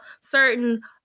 certain